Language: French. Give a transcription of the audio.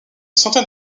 centaine